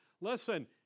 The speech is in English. listen